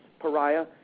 pariah